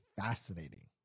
fascinating